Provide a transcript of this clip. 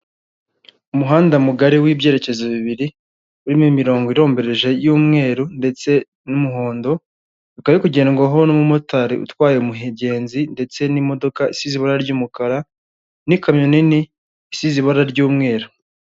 Umuhanda mugari w'ibyerekezo bibiri, urimo imirongo irombereje y'umweru ndetse n'umuhondo, ukaba uri kugendwaho n'umumotari utwaye umuhegenzi, ndetse n'imodoka isize ibara ry'umukara ,n'ikamyo nini isize ibara ry'umweru.